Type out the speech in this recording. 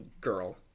girl